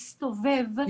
מסתובב, חופשי ומאושר.